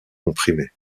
comprimé